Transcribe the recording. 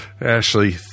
Ashley